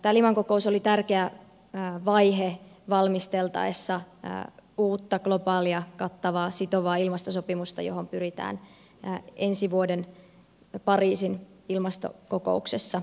tämä liman kokous oli tärkeä vaihe valmisteltaessa uutta globaalia kattavaa sitovaa ilmastosopimusta johon pyritään ensi vuoden pariisin ilmastokokouksessa